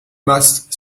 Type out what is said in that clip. must